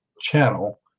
channel